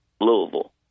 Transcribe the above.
Louisville